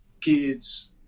kids